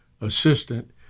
assistant